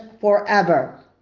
forever